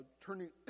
turning